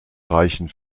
reichen